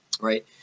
right